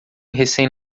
recém